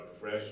fresh